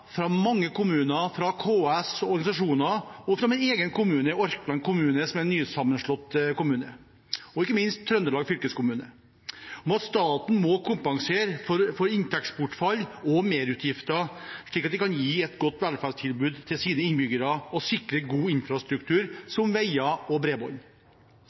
fra mange kommuner, fra KS og organisasjoner, fra min egen kommune, Orkland kommune, som er en nysammenslått kommune, og ikke minst fra Trøndelag fylkeskommune om at staten må kompensere for inntektsbortfall og merutgifter, slik at de kan gi et godt velferdstilbud til sine innbyggere og sikre god infrastruktur som veier og bredbånd.